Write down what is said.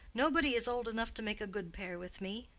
nobody is old enough to make a good pair with me.